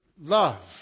love